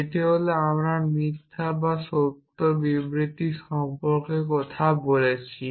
যেটি হল আমরা মিথ্যা বা সত্য বিবৃতি সম্পর্কে কথা বলছি